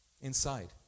Inside